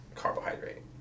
carbohydrate